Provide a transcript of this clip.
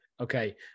Okay